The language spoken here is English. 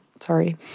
sorry